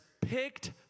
picked